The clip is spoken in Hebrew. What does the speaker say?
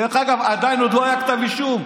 דרך אגב, עדיין עוד לא היה כתב אישום.